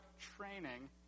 training